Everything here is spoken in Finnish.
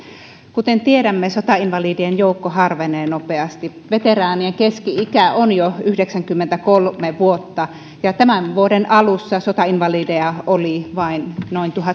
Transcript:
kuten tiedämme sotainvalidien joukko harvenee nopeasti veteraanien keski ikä on jo yhdeksänkymmentäkolme vuotta ja tämän vuoden alussa sotainvalideja oli vain noin